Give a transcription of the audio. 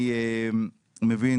אני מבין